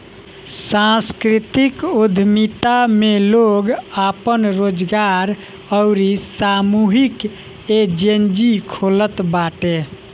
सांस्कृतिक उद्यमिता में लोग आपन रोजगार अउरी सामूहिक एजेंजी खोलत बाटे